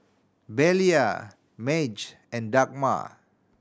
Belia Madge and Dagmar